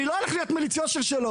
אני לא הולך להיות מליץ יושר שלו.